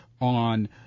on